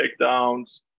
takedowns